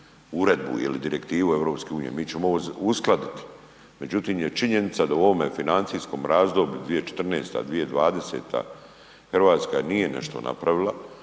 uredbu ili direktivu EU, mi ćemo uskladiti, međutim je činjenica da u ovom financijskom razdoblju 2014.-2020. Hrvatska nije nešto napravila.